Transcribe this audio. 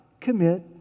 commit